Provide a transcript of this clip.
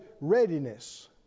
readiness